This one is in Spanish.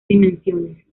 dimensiones